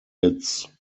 its